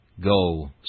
Go